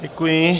Děkuji.